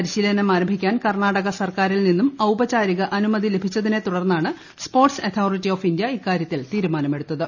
പരിശീലനം ആരംഭിക്കാൻ കർണാടക സർക്കാരിൽ നിന്നും ഔപചാരിക അനുമതി ലഭിച്ചതിനെ തുടർന്നാണ് സ്പോർട്സ് അതോറിറ്റി ഓഫ് ഇന്ത്യ ഇക്കാര്യത്തിൽ തീരുമാനമെടുത്തത്